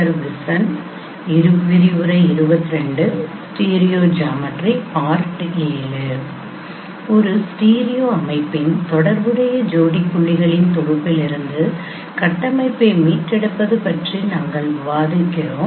ஒரு ஸ்டீரியோ அமைப்பின் தொடர்புடைய ஜோடி புள்ளிகளின் தொகுப்பிலிருந்து கட்டமைப்பை மீட்டெடுப்பது பற்றி நாங்கள் விவாதிக்கிறோம்